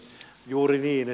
juuri niin